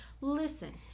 listen